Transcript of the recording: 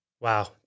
Wow